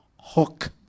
hook